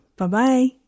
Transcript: Bye-bye